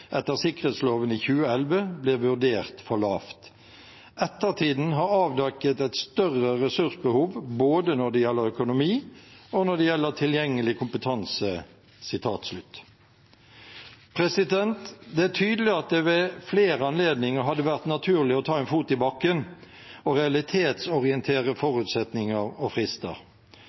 etter sikkerhetsloven i 2011 ble vurdert for lavt. Ettertiden har avdekket et større ressursbehov både når det gjelder økonomi, og når det gjelder tilgjengelig kompetanse.» Det er tydelig at det ved flere anledninger hadde vært naturlig å ta en fot i bakken og realitetsorientere forutsetninger og frister.